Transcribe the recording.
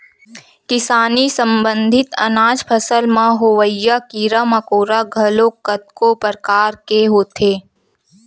किसानी संबंधित अनाज फसल म होवइया कीरा मकोरा घलोक कतको परकार के होथे